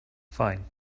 fine